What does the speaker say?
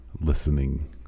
listening